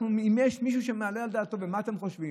אם יש מישהו שמעלה על דעתו, ומה אתם חושבים,